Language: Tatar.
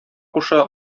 куша